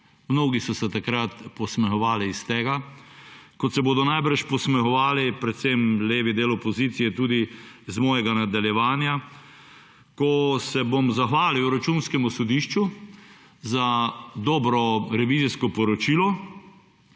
Mnogi so se takrat posmehovali temu, kot se bodo najbrž posmehovali – predvsem levi del opozicije – tudi mojemu nadaljevanju, ko se bom zahvalil Računskemu sodišču za dobro revizijsko poročilo,